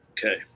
Okay